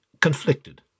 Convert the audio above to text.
conflicted